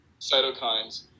cytokines